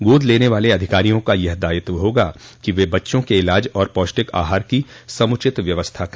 गोद लेने वाले अधिकारियों का यह दायित्व होगा कि वे बच्चों के इलाज और पौष्टिक आहार की समुचित व्यवस्था कर